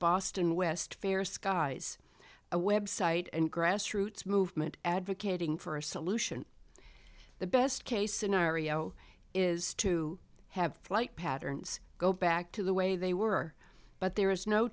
boston west fair skies a website and grassroots movement advocating for a solution the best case scenario is to have flight patterns go back to the way they were but